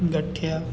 ગાંઠીયા